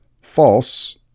false